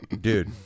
dude